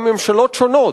בממשלות שונות,